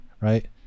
right